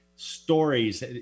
stories